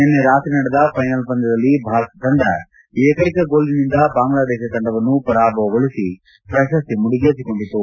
ನಿನ್ನೆ ರಾತ್ರಿ ನಡೆದ ಫೈನಲ್ ಪಂದ್ಲದಲ್ಲಿ ಭಾರತ ತಂಡ ಏಕ್ಕೆಕ ಗೋಲಿನಿಂದ ಬಾಂಗ್ಲಾದೇಶ ತಂಡವನ್ನು ಪರಾಭವಗೊಳಿಸಿ ಪ್ರಶಸ್ತಿ ಮುಡಿಗೇರಿಸಿಕೊಂಡಿತು